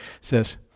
says